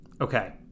Okay